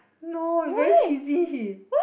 no you very cheesy